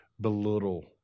belittle